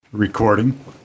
Recording